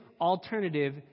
alternative